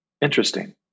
Interesting